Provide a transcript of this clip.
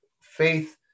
faith